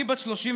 אני בת 35,